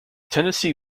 tennessee